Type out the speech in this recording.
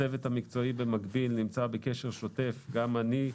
במקביל הצוות המקצועי נמצא בקשר שוטף, גם אני,